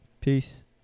Peace